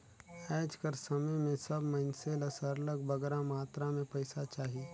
आएज कर समे में सब मइनसे ल सरलग बगरा मातरा में पइसा चाही